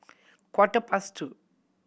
quarter past two